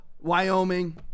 Wyoming